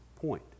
point